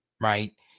right